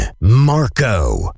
Marco